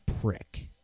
prick